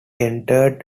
entered